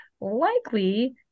likely